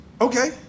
okay